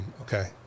okay